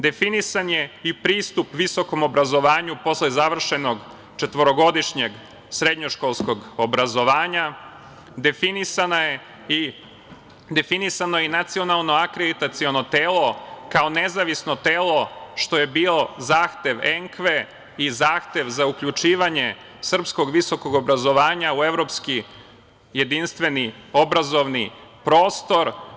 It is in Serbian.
Definisan je i pristup visokom obrazovanju posle završenog četvorogodišnjeg srednjoškolskog obrazovanja, definisano je i nacionalno akreditaciono telo kao nezavisno telo, što je bio zahtev Enkve i zahtev za uključivanje srpskog visokog obrazovanja u evropski jedinstveni obrazovni prostor.